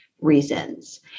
reasons